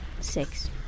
six